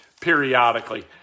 periodically